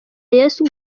yesu